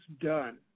done